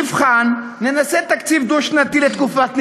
נבחן, ננסה תקציב דו-שנתי לתקופת ניסיון.